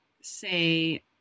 say